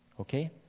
Okay